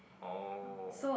oh